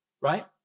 right